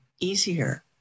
easier